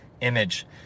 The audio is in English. image